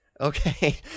Okay